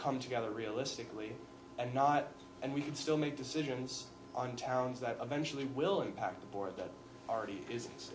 come together realistically and not and we could still make decisions on towns that eventually will impact the board that already is